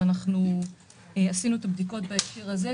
ואנחנו עשינו בדיקות בהקשר הזה,